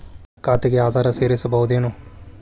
ಖಾತೆಗೆ ಆಧಾರ್ ಸೇರಿಸಬಹುದೇನೂ?